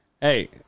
Hey